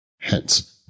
Hence